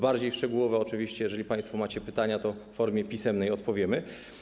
Bardziej szczegółowo, oczywiście jeżeli państwo macie pytania, to w formie pisemnej odpowiemy.